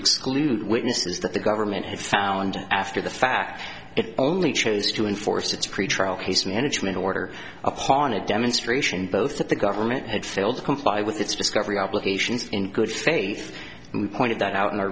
exclude witnesses that the government had found after the fact it only chose to enforce its pretrial case management order upon a demonstration both that the government had failed to comply with its discovery obligations in good faith and we pointed that out in